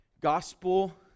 gospel